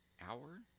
hour